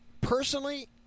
personally